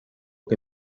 que